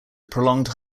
prolonged